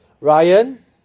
ryan